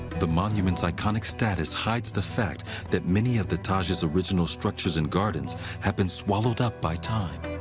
the monument's iconic status hides the fact that many of the taj's original structures and gardens have been swallowed up by time.